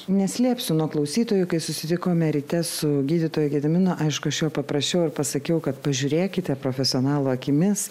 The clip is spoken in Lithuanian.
neslėpsiu nuo klausytojų kai susitikome ryte su gydytoju gediminu aišku aš jo paprašiau ir pasakiau kad pažiūrėkite profesionalo akimis